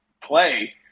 play –